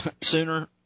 sooner